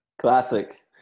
classic